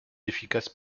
efficace